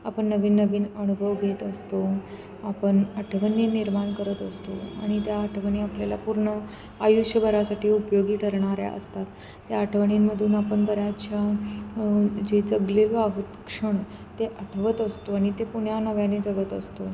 आपण नवीन नवीन अनुभव घेत असतो आपण आठवणी निर्माण करत असतो आणि त्या आठवणी आपल्याला पूर्ण आयुष्यभरासाठी उपयोगी ठरणाऱ्या असतात त्या आठवणींमधून आपण बऱ्याचशा जे जगलेलं आ क्षण ते आठवत असतो आणि ते पुन्हा नव्याने जगत असतो